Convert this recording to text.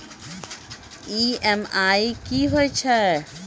EMI कि होय छै?